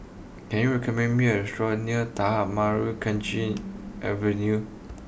can you recommend me a restaurant near Tanah Merah Kechil Avenue